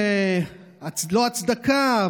לא הצדקה,